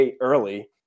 early